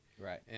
Right